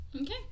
Okay